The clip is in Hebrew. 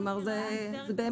כלומר, זה באמת